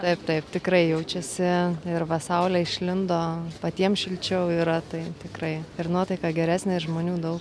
taip taip tikrai jaučiasi ir va saulė išlindo patiems šilčiau yra tai tikrai ir nuotaika geresnė žmonių daug